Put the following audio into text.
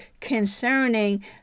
concerning